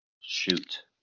Shoot